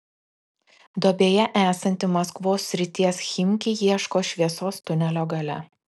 duobėje esanti maskvos srities chimki ieško šviesos tunelio gale